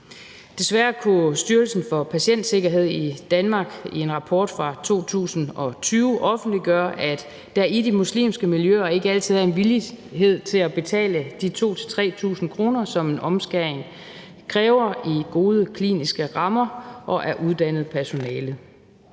Desværre kunne Styrelsen for Patientsikkerhed i Danmark i en rapport fra 2020 offentliggøre, at der i de muslimske miljøer ikke altid er en villighed til at betale de 2.000-3.000 kr., som en omskæring kræver for at få gode kliniske rammer og uddannet personale.